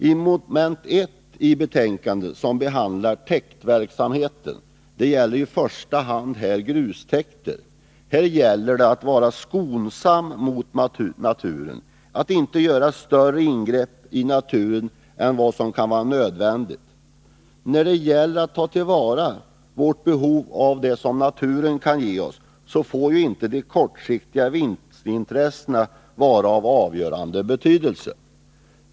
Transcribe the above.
Punkt 1 i betänkandet tar i första hand upp frågan om grustäkter. Det är nödvändigt att vara skonsam mot naturen och inte göra större ingrepp i den än nödvändigt. När det gäller att tillvarata vårt behov av det naturen kan ge oss får inte de kortsiktiga vinstintressena vara avgörande.